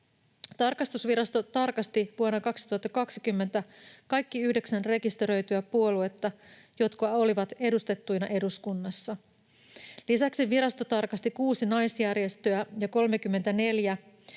Tarkastusvirasto tarkasti vuonna 2020 kaikki yhdeksän rekisteröityä puoluetta, jotka olivat edustettuina eduskunnassa. Lisäksi virasto tarkasti kuusi naisjärjestöä ja 34